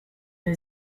new